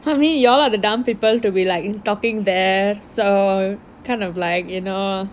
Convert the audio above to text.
I mean you all are the dumb people to be like talking there so kind of like you know